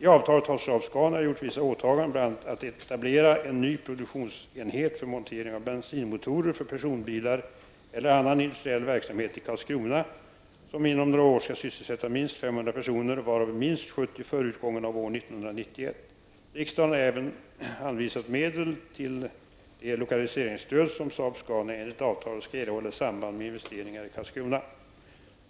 I avtalet har Saab-Scania gjort vissa åtaganden, bl.a. att etablera en ny produktionsenhet för montering av bensinmotorer för personbilar eller annan industriell verksamhet i Karlskrona som inom några år skall sysselsätta minst 500 personer, varav minst 70 före utgången av år 1991. Riksdagen har även anvisat medel till det lokaliseringsstöd som Saab-Scania enligt avtalet skall erhålla i samband med investeringar i